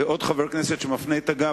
ועוד חבר כנסת שמפנה את הגב,